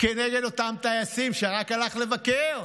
כנגד אותם טייסים שרק הלך לבקר.